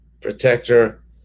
protector